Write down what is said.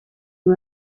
you